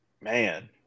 man –